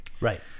Right